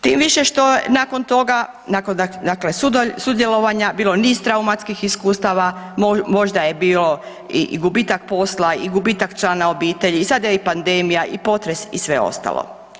Tim više što nakon toga, nakon sudjelovanja bilo niz traumatskih iskustava, možda je bio i gubitak posla i gubitak člana obitelji, sada je i pandemija i potres i sve ostalo.